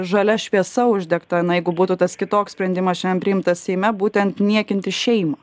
žalia šviesa uždegta na jeigu būtų tas kitoks sprendimas šiandien priimtas seime būtent niekinti šeimą